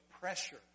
pressure